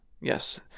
yes